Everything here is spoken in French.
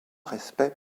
respect